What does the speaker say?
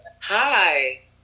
hi